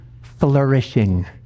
flourishing